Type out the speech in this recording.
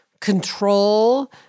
Control